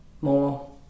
more